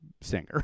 singer